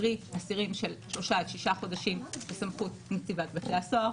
קרי אסירים של שלושה עד שישה חודשים הסמכות לנציבת בתי הסוהר,